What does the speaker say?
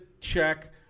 check